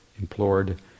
implored